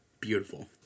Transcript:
beautiful